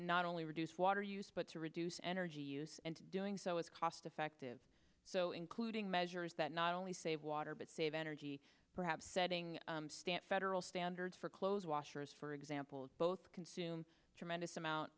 not only reduce water use but to reduce energy use and to doing so is cost effective so including measures that not only save water but save energy perhaps setting federal standards for close washers for example both consume a tremendous amount